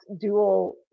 dual